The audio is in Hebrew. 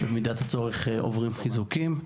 ובמידת הצורך עוברים חיזוקים.